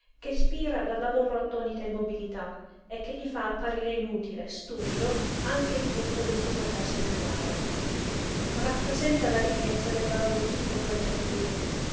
che spira dalla loro attonita immobilità e che gli fa apparire inutile stupido anche buffo il suo potersene andare rappresenta la ricchezza del barone chico quel giardino